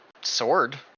sword